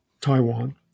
Taiwan